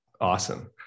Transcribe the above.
Awesome